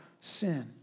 sin